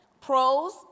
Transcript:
pros